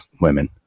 women